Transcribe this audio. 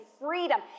freedom